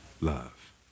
love